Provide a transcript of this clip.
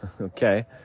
Okay